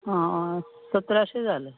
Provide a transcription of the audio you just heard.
हां सतराशे झाले